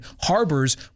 harbors